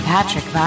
Patrick